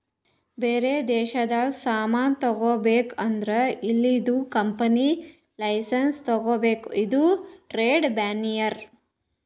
ಬ್ಯಾರೆ ದೇಶದು ಸಾಮಾನ್ ತಗೋಬೇಕ್ ಅಂದುರ್ ಇಲ್ಲಿದು ಕಂಪನಿ ಲೈಸೆನ್ಸ್ ತಗೋಬೇಕ ಇದು ಟ್ರೇಡ್ ಬ್ಯಾರಿಯರ್